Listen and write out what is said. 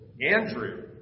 Andrew